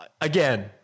Again